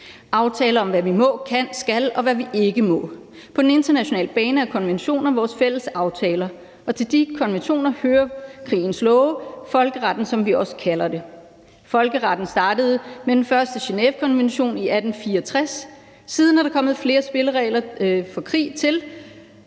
aftaler om, hvad vi må, kan og skal, og hvad vi ikke må. På den internationale bane er konventioner vores fælles aftaler, og til de konventioner hører krigens love – folkeretten, som vi også kalder det. Folkeretten startede med den første Genèvekonvention i 1864. Siden er der kommet flere spilleregler for krig til,